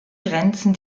grenzen